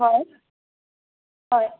হয় হয়